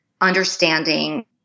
understanding